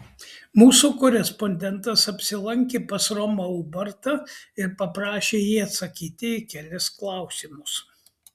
mūsų korespondentas apsilankė pas romą ubartą ir paprašė jį atsakyti į kelis klausimus